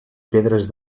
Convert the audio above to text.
pedres